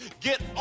Get